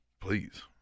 Please